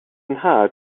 nhad